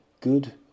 good